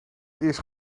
eerste